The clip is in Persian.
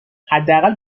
حداقل